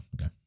Okay